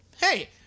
Hey